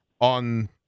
on